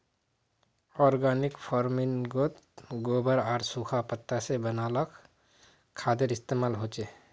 organic फर्मिन्गोत गोबर आर सुखा पत्ता से बनाल खादेर इस्तेमाल होचे